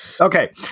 Okay